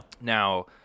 Now